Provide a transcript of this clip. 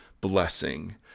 blessing